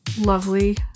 lovely